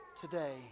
today